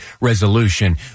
resolution